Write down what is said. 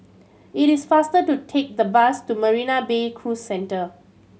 it is faster to take the bus to Marina Bay Cruise Centre